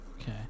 Okay